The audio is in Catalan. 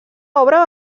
obra